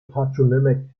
patronymic